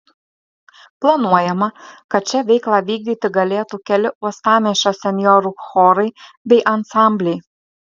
planuojama kad čia veiklą vykdyti galėtų keli uostamiesčio senjorų chorai bei ansambliai